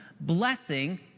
blessing